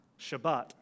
Shabbat